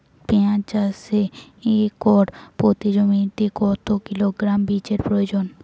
পেঁয়াজ চাষে একর প্রতি জমিতে কত কিলোগ্রাম বীজের প্রয়োজন?